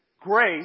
Grace